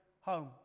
Home